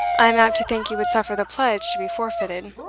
i am apt to think you would suffer the pledge to be forfeited.